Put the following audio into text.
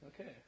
Okay